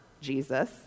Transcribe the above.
Jesus